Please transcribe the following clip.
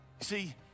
See